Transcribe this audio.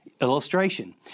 Illustration